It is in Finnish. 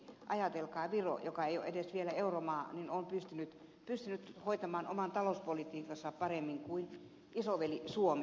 ajatelkaa viro joka ei edes vielä ole euromaa on pystynyt hoitamaan oman talouspolitiikkansa paremmin kuin isoveli suomi